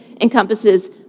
encompasses